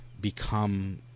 become